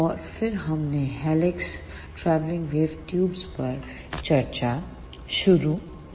और फिर हमने हेलिक्स ट्रैवलिंग वेव ट्यूब पर चर्चा शुरू की